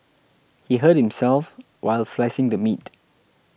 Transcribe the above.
he hurt himself while slicing the meat